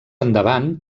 endavant